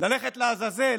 ללכת לעזאזל,